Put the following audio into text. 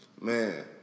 man